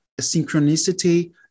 synchronicity